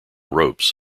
ropes